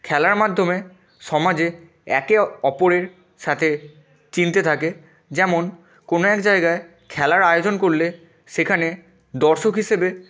খেলার মাধ্যমে সমাজে একে অপরের সাথে চিনতে থাকে যেমন কোনো এক জায়গায় খেলার আয়োজন করলে সেখানে দর্শক হিসেবে